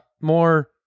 more